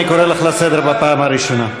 אני קורא אותך לסדר בפעם הראשונה.